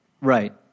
Right